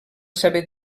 saber